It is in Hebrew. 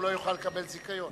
הוא לא יוכל לקבל זיכיון.